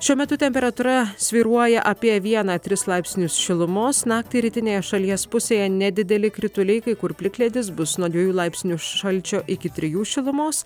šiuo metu temperatūra svyruoja apie vieną tris laipsnius šilumos naktį rytinėje šalies pusėje nedideli krituliai kai kur plikledis bus nuo dviejų laipsnių šalčio iki trijų šilumos